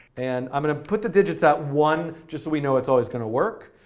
and i'm going to put the digits at one, just so we know it's always going to work,